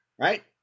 Right